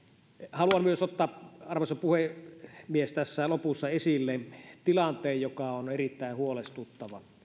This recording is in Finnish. haluan myös ottaa arvoisa puhemies tässä lopussa esille tilanteen joka on erittäin huolestuttava